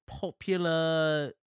popular